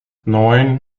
neun